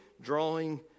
drawing